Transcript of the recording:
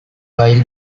while